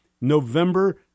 November